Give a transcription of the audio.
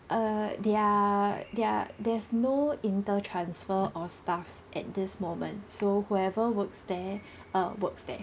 uh there are there are there's no inter transfer of staffs at this moment so whoever works there uh works there